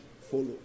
follow